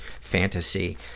fantasy